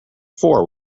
four